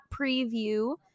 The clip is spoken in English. preview